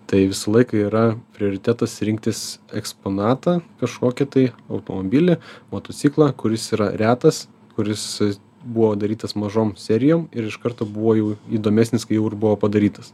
tai visą laiką yra prioritetas rinktis eksponatą kažkokį tai automobilį motociklą kuris yra retas kuris buvo darytas mažom serijom ir iš karto buvo jau įdomesnis kai jau ir buvo padarytas